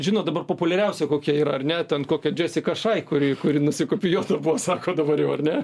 žinot dabar populiariausia kokia yra ar ne ten kokia džesika šai kuri kuri nusikopijuota buvo sako dabar jau ar ne